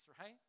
right